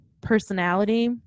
personality